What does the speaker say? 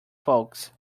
folks